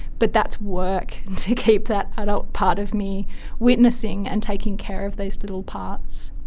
but that's work, to keep that adult part of me witnessing and taking care of these little parts.